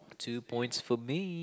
two points for me